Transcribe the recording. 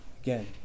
Again